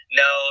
no